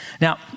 Now